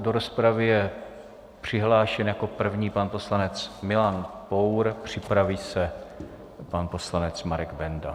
Do rozpravy je přihlášen jako první pan poslanec Milan Pour, připraví se pan poslanec Marek Benda.